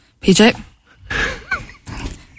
PJ